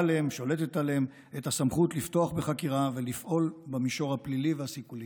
עליהם ושולטת עליהם הסמכות לפתוח בחקירה ולפעול במישור הפלילי והסיכולי.